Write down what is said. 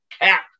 cap